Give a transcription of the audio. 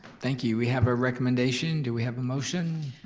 thank you, we have a recommendation. do we have a motion?